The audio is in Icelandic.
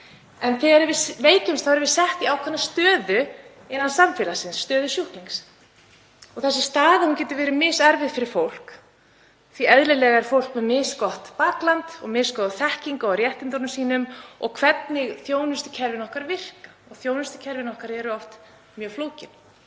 En þegar við veikjumst erum við sett í ákveðna stöðu innan samfélagsins, stöðu sjúklings. Þessi staða getur verið miserfið fyrir fólk, því eðlilega er fólk með misgott bakland, misgóða þekkingu á réttindum sínum og hvernig þjónustukerfin okkar virka, og þjónustukerfin okkar eru oft mjög flókin.